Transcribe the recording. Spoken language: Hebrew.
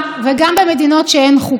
וגם מדינות שאין בהן חוקה,